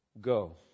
go